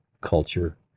culture